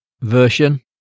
version